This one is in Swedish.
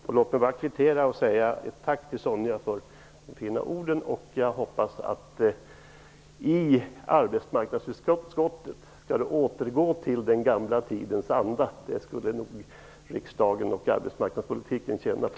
Men låt mig kvittera med ett tack till Sonja Rembo för de fina orden. Jag hoppas att man i arbetsmarknadsutskottet skall återgå till den gamla idens anda. Det skulle nog riksdagen och arbetsmarknadspolitiken tjäna på.